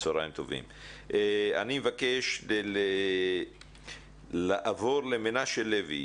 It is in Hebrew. אני מבקש לעבור למנשה לוי,